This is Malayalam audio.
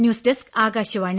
news desk Akashvani